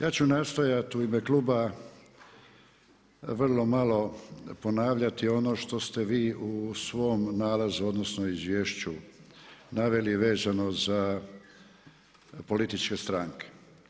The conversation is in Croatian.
Ja ću nastojat u ime kluba vrlo malo ponavljati ono što ste vi u svom nalazu, odnosno izvješću naveli vezano za političke stranke.